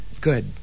good